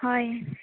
হয়